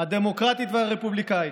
הדמוקרטית והרפובליקאית.